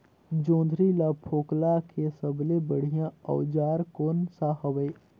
जोंदरी ला फोकला के सबले बढ़िया औजार कोन सा हवे?